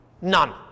None